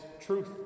Truth